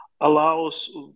allows